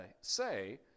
say